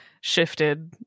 shifted